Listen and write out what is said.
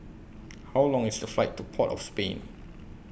How Long IS The Flight to Port of Spain